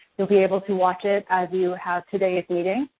you'll be able to watch it, as you have today's meeting.